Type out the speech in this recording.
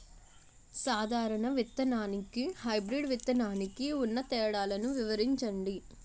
సాధారణ విత్తననికి, హైబ్రిడ్ విత్తనానికి ఉన్న తేడాలను వివరించండి?